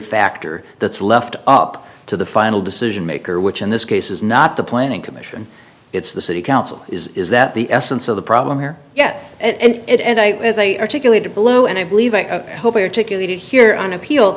factor that's left up to the final decision maker which in this case is not the planning commission it's the city council is is that the essence of the problem here yes and i say articulated below and i believe i hope your ticket here on appeal